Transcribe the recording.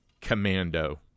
commando